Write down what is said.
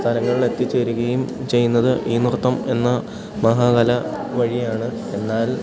സ്ഥലങ്ങളിലെത്തിച്ചേരുകയും ചെയ്യുന്നത് ഈ നൃത്തം എന്ന മഹാകല വഴിയാണ് എന്നാൽ